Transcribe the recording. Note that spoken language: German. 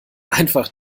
einfach